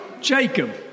Jacob